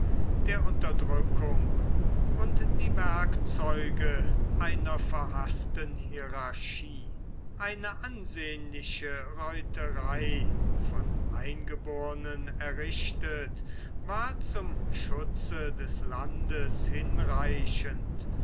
der unterdrückung und die werkzeuge einer verhaßten hierarchie eine ansehnliche reiterei von eingebogen errichtet war zum schutze des landes hinreichend